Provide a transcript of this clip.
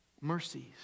mercies